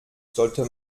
sollte